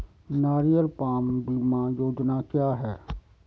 नारियल पाम बीमा योजना क्या है?